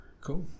cool